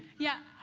yeah,